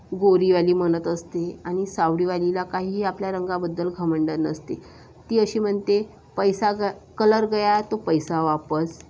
गोरीवाली म्हणत असते आणि सावळीवालीला काही आपल्या रंगाबद्दल घमंड नसते ती अशी म्हणते पैसा ग कलर गया तो पैसा वापस